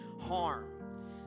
harm